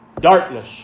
Darkness